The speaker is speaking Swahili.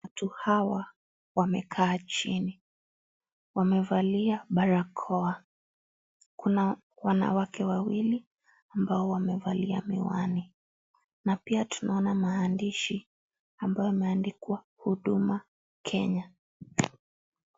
Watu hawa wamekaa chini wamevalia barakoa, kuna wanawake wawili ambao wamevalia miwani na pia tunaona maandishi ambayo imeandikwa Huduma Kenya.